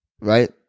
Right